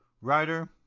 writer